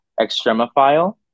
extremophile